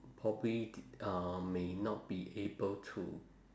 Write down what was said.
probably did um may not be able to